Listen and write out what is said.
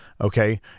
Okay